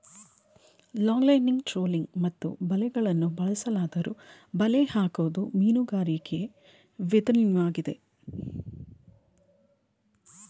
longlining trolling ಮತ್ತು ಬಲೆಗಳನ್ನು ಬಳಸಲಾದ್ದರೂ ಬಲೆ ಹಾಕೋದು ಮೀನುಗಾರಿಕೆ ವಿದನ್ವಾಗಿದೆ